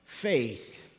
faith